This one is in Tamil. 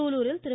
சூலூரில் திரு